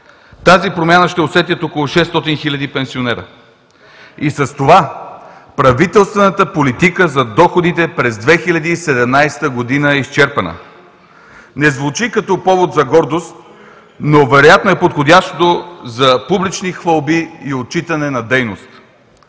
Тази промяна ще я усетят около 600 хиляди пенсионери и с това правителствената политика за доходите през 2017 г. е изчерпана. Не звучи като повод за гордост, но вероятно е подходящо за публични хвалби и отчитане на дейност.